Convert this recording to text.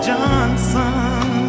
Johnson